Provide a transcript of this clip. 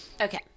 Okay